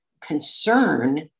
concern